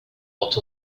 what